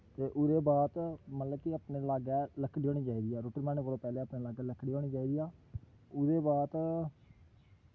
ते ओह्दै बाद मतलब कि अपने लाग्गै लकड़ी लेआनी चाहिदी ऐ रुट्टी बनाने कोला दा पैह्ले अपने लाग्गै लकड़ी लेआनी चाहिदी ऐ ओह्दे बाद